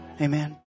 Amen